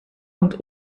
und